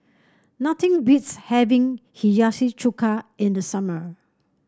nothing beats having Hiyashi Chuka in the summer